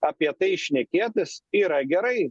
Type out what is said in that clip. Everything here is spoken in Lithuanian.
apie tai šnekėtis yra gerai